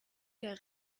der